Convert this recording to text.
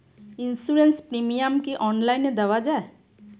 Insurance premium কি online দেওয়া যায়?